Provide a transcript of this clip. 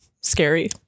scary